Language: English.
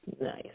Nice